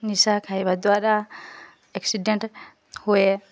ନିଶା ଖାଇବା ଦ୍ୱାରା ଆକ୍ସିଡ଼େଣ୍ଟ୍ ହୁଏ